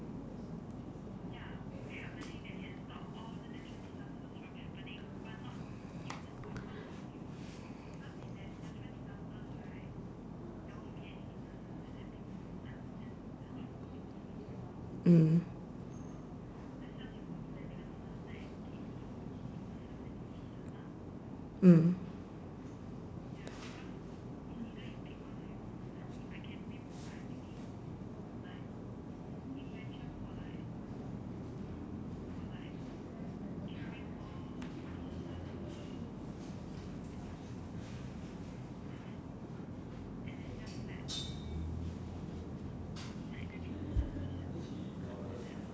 mm mm